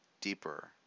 deeper